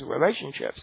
relationships